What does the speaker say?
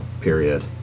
period